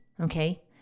okay